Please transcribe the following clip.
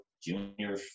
junior